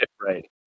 Right